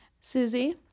Susie